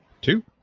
Two